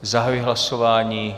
Zahajuji hlasování.